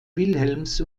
wilhelms